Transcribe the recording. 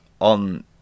on